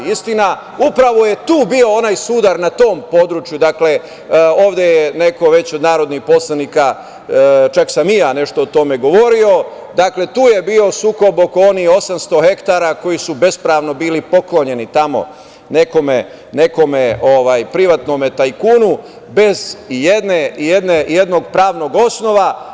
Istina, upravo je bio onaj sudar na tom području, ovde je neko od narodnih poslanika, čak sam i ja o tome nešto govorio, tu je bio sukob oko onih 800 hektara koji su bespravno bili poklonjeni nekom privatnom tajkunu, bez ijednog pravnog osnova.